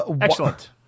Excellent